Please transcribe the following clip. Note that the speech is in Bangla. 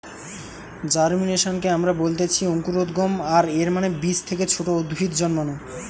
জার্মিনেশনকে আমরা বলতেছি অঙ্কুরোদ্গম, আর এর মানে বীজ থেকে ছোট উদ্ভিদ জন্মানো